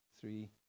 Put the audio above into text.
three